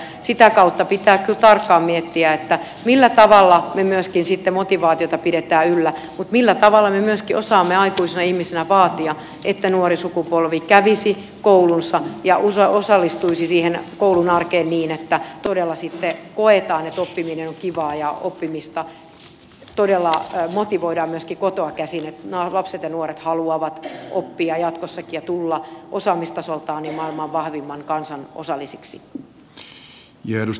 sitä kautta pitää kyllä tarkkaan miettiä millä tavalla me myöskin sitten motivaatiota pidämme yllä mutta millä tavalla me myöskin osaamme aikuisina ihmisinä vaatia että nuori sukupolvi kävisi koulunsa ja osallistuisi siihen koulun arkeen niin että todella sitten koetaan että oppiminen on kivaa ja oppimista todella motivoidaan myöskin kotoa käsin että lapset ja nuoret haluavat oppia jatkossakin ja tulla osaamistasoltaan maailman vahvimman kansan osallisiksi